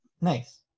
Nice